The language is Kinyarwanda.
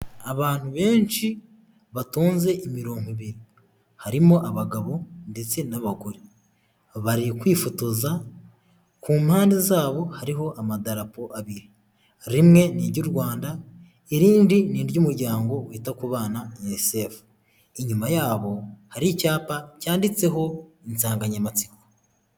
Abantu benshi batonze imirongo ibiri harimo abagabo ndetse n'abagore, bari kwifotoza ku mpande zabo hariho amadarapo abiri rimwe ni iry'u rwanda irindi ni iry'umuryango wita ku bana UNICEF. Inyuma yabo hari icyapa cyanditseho insanganyamatsiko.